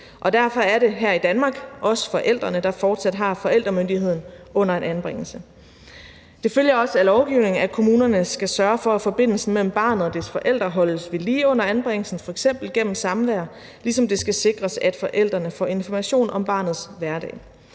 derfor er det her i Danmark også forældrene, der fortsat har forældremyndigheden under en anbringelse. Det følger også af lovgivningen, at kommunerne skal sørge for, at forbindelsen mellem barnet og dets forældre holdes ved lige under anbringelsen, f.eks. gennem samvær, ligesom det skal sikres, at forældrene får information om barnets hverdag.